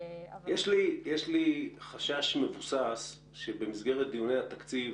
יש לי חשש מבוסס שבמסגרת דיוני התקציב